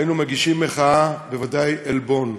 היינו מגישים מחאה, בוודאי עלבון.